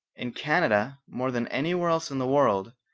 in canada, more than anywhere else in the world,